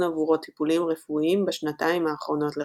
עבורו טיפולים רפואיים בשנתיים האחרונות לחייו.